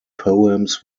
poems